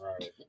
Right